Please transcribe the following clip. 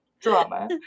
drama